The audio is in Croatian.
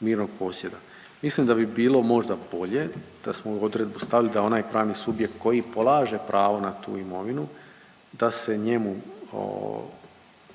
mirnog posjeda. Mislim da bi bilo možda bolje, da smo u odredbu stavili da onaj pravni subjekt koji polaže pravo na tu imovinu, da se njemu